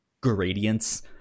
gradients